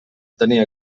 tenia